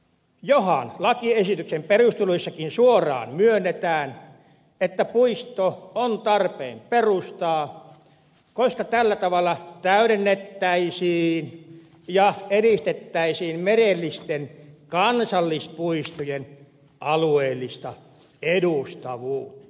johan lakiesityksen perusteluissakin suoraan myönnetään että puisto on tarpeen perustaa koska tällä tavalla täydennettäisiin ja edistettäisiin merellisten kansallispuistojen alueellista edustavuutta